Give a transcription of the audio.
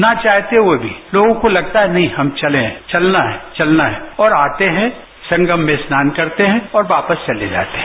ना चाहते हुए भी लोगों को लगता है कि हम चलें हमें चलना है चलना है और आते हैं संगम में स्नान करते हैं और वापस चले जाते हैं